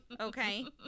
okay